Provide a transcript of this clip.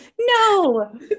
no